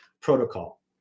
protocol